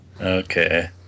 Okay